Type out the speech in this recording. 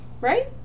Right